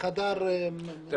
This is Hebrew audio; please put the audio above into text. את אותם שירותים.